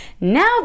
now